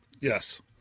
Yes